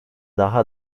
daha